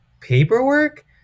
Paperwork